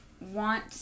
want